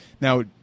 Now